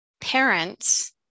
parents